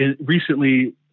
recently